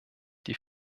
die